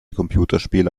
computerspiele